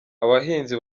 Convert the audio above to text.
abahinzi